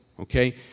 Okay